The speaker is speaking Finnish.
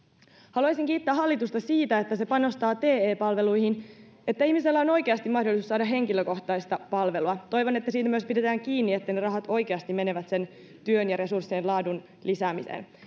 haluaisin kiittää hallitusta siitä että se panostaa te palveluihin niin että ihmisellä on oikeasti mahdollisuus saada henkilökohtaista palvelua toivon että siitä myös pidetään kiinni että ne rahat oikeasti menevät sen työn ja resurssien laadun lisäämiseen